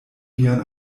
vian